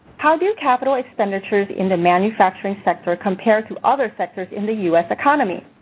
how do capital expenditures in the manufacturing sector compare to other sectors in the us economy?